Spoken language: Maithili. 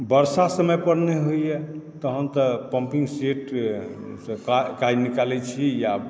बरसा समय पर नहि होइए तहन तऽ पम्पिङसेटसँ काज निकालए छी या